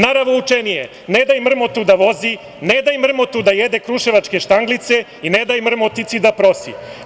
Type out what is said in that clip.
Naravoučenije, ne daj mrmotu da voz, ne daj mrmotu da jede kruševačke štanglice i ne daj mrmotici da prosi.